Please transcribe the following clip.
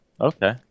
okay